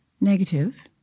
negative